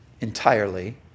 entirely